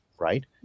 Right